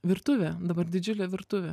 virtuvė dabar didžiulė virtuvė